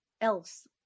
else